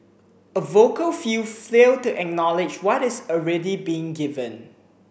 a vocal few fail to acknowledge what is already being given